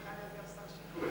אני מוכן להיות שר השיכון.